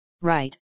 right